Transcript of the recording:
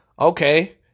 Okay